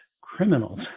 criminals